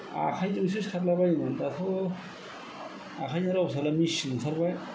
आखाइजोंसो सारलाबायोमोन दाथ' आखाइजों रावबो सारला मेचिन ओंखारबाय